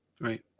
right